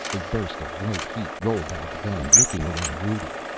a burst of white heat rolled out of the gun, licking around rudi.